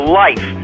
life